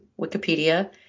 Wikipedia